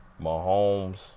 Mahomes